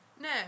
No